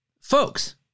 folks